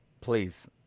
Please